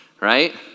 right